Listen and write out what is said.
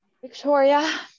Victoria